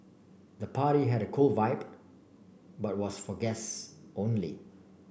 the party had a cool vibe but was for guests only